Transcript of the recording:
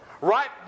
right